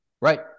Right